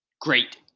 great